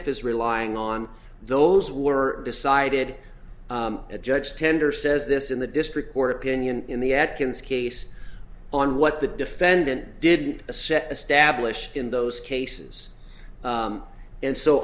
ff is relying on those were decided at judge tender says this in the district court opinion in the atkins case on what the defendant did a set a stablished in those cases and so